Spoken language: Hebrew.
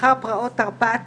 לאחר פרעות תרפ"ט